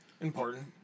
Important